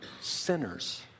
sinners